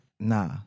Nah